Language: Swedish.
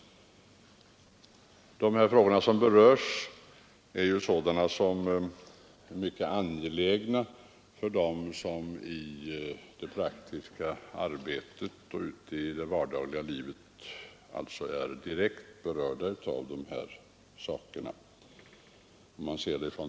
De frågor som berörs är mycket angelägna för dem som i det praktiska arbetet och ute i det vardagliga livet är direkt berörda.